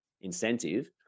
incentive